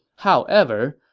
however,